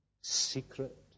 secret